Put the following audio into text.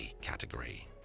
category